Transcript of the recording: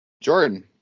Jordan